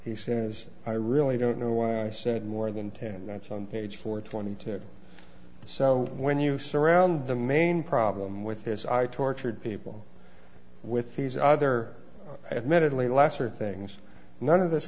as i really don't know why i said more than ten minutes on page four twenty two so when you surround the main problem with this i tortured people with these other admittedly lasser things none of this